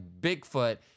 Bigfoot